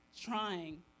trying